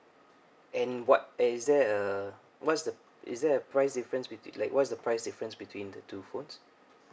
and what is that uh what's the is there a price difference betw~ like what's the price difference between the two phones